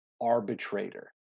arbitrator